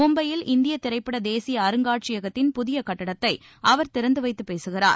மும்பையில் இந்திய திரைப்பட தேசிய அருங்காட்சியகத்தின் புதிய கட்டிடத்தை அவர் திறந்து வைத்து பேசுகிறார்